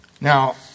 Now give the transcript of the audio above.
Now